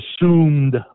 assumed